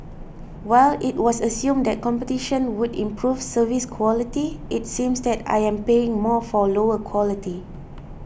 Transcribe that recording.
while it was assumed that competition would improve service quality it seems that I am paying more for lower quality